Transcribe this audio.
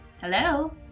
Hello